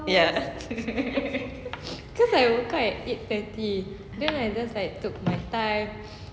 cause I woke up at eight thirty then I just like took my time